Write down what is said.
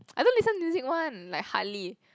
I don't listen music one like hardly